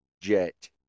jet